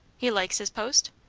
he likes his post?